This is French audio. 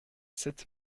sept